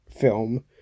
film